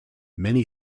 many